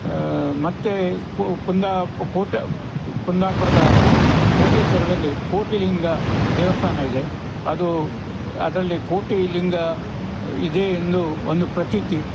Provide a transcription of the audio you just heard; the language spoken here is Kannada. ಮತ್ತು ಕುಂದಾ ಕೋಟ ಕುಂದಾಪುರದ ಕೋಟೇಶ್ವರದಲ್ಲಿ ಕೋಟಿಲಿಂಗ ದೇವಸ್ಥಾನ ಇದೆ ಅದು ಅದರಲ್ಲಿ ಕೋಟಿಲಿಂಗ ಇದೆ ಎಂದು ಒಂದು ಪ್ರತೀತಿ